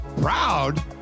proud